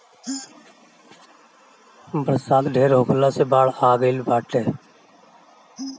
बरसात ढेर होखला से बाढ़ आ गइल बाटे